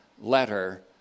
letter